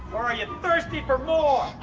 are you thirsty for more.